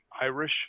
irish